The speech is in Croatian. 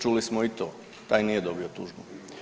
Čuli smo i to, taj nije dobio tužbu.